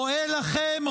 רואה לכם,